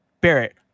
Barrett